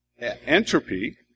Entropy